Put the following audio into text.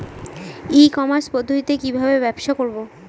E commerce পদ্ধতিতে কি ভাবে ব্যবসা করব?